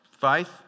faith